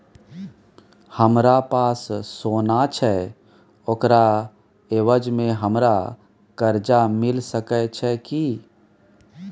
हमरा पास सोना छै ओकरा एवज में हमरा कर्जा मिल सके छै की?